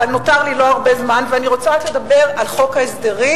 אבל לא נותר לי הרבה זמן ואני רוצה רק לדבר על חוק ההסדרים,